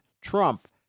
Trump